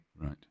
Right